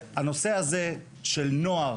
הנושא הזה של נוער